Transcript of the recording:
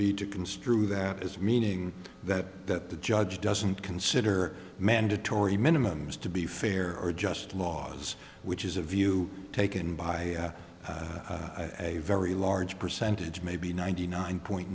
be to construe that as meaning that that the judge doesn't consider mandatory minimums to be fair or just laws which is a view taken by a very large percentage maybe ninety nine point